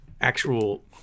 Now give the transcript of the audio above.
actual